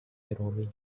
احترامی